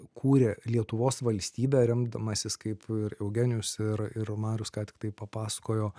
kūrė lietuvos valstybę remdamasis kaip ir eugenijus ir ir marius ką tiktai papasakojo